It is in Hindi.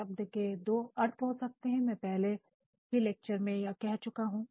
शब्द के दो अर्थ हो सकते हैं मैं पहले के लेक्चर मैं भी या कह चुका हूं